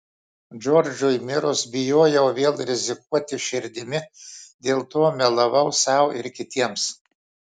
džordžui mirus bijojau vėl rizikuoti širdimi dėl to melavau sau ir kitiems